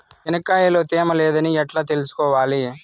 చెనక్కాయ లో తేమ లేదని ఎట్లా తెలుసుకోవాలి?